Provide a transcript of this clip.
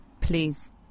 please